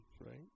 right